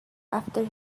after